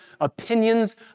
opinions